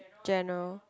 general